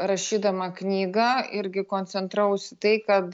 rašydama knygą irgi koncentravaus į tai kad